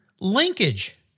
Linkage